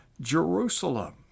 Jerusalem